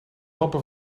lampen